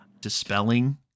dispelling